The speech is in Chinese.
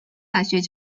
大学